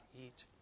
eat